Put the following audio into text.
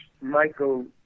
Michael